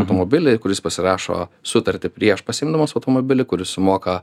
automobilį kuris pasirašo sutartį prieš pasiimdamas automobilį kuris sumoka